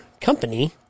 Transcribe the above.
company